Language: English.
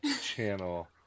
channel